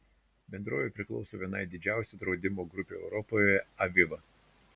bendrovė priklauso vienai didžiausių draudimo grupių europoje aviva